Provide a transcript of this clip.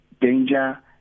danger